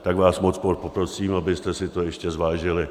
Tak vás moc poprosím, abyste si to ještě zvážili.